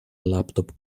laptop